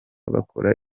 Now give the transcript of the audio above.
bakora